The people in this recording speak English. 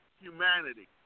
humanity